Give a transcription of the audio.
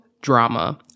drama